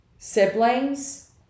Siblings